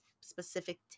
specific